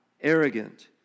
arrogant